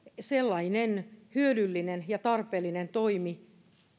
sellainen hyödyllinen ja tarpeellinen toimi